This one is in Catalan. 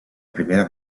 primera